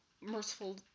merciful